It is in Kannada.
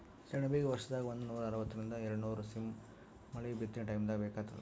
ಸೆಣಬಿಗ ವರ್ಷದಾಗ್ ಒಂದನೂರಾ ಅರವತ್ತರಿಂದ್ ಎರಡ್ನೂರ್ ಸಿ.ಎಮ್ ಮಳಿ ಬಿತ್ತನೆ ಟೈಮ್ದಾಗ್ ಬೇಕಾತ್ತದ